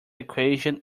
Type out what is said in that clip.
equation